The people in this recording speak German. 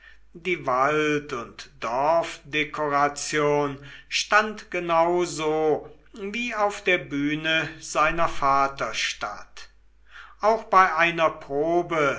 die wald und dorfdekoration stand genau so wie auf der bühne seiner vaterstadt auch bei einer probe